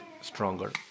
stronger